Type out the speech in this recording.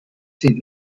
sind